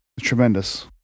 tremendous